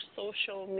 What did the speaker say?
social